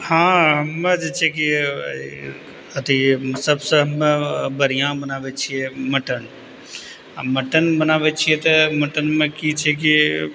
हँ हमे जे छै कि अथी सब से हमे बढ़िऑं बनाबै छियै मटन आ मटन बनाबै छियै तऽ मटनमे की छै कि